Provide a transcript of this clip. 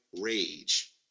rage